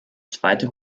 zweite